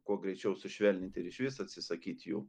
kuo greičiau sušvelninti ir išvis atsisakyt jų